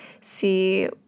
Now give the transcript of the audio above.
see